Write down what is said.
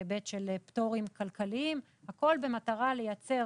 בהיבט של פטורים כלכליים והכול במטרה לייצר